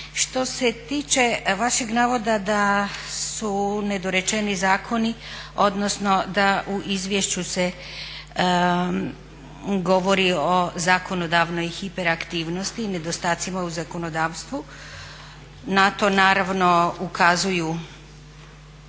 Što se tiče vašeg navoda da su nedorečeni zakoni, odnosno da u izvješću se govori o zakonodavnoj hiperaktivnosti, nedostacima u zakonodavstvu na to naravno ukazuju